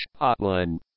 Hotline